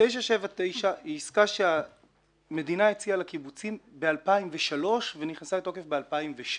979 היא עסקה שהמדינה הציעה לקיבוצים ב-2003 ונכנסה לתוקף ב-2007.